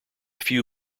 few